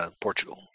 Portugal